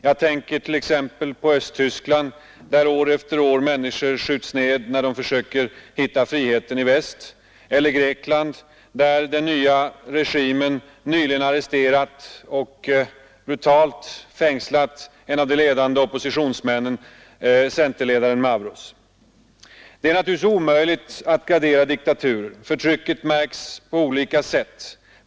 Jag tänker t.ex. på Östtyskland, där år efter år människor skjuts ner när de försöker hitta friheten i väst, eller Grekland, där den nya regimen nyligen arresterat och brutalt fängslat en av de ledande oppositionsmännen, centerledaren Mavros. Det är givetvis omöjligt att gradera diktaturer. Förtrycket märks på olika sätt.